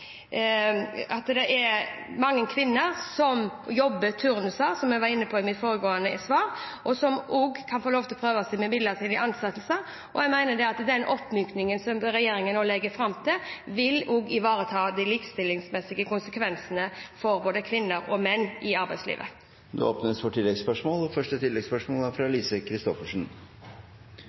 er mange kvinner som jobber turnus, som jeg var inne på i mitt foregående svar, som kan få prøve seg med midlertidige ansettelser. Jeg mener at den oppmykningen som regjeringen nå legger opp til, også vil ivareta de likestillingsmessige konsekvensene for både kvinner og menn i arbeidslivet. Det blir oppfølgingsspørsmål – Lise Christoffersen. Ordet «gravide» er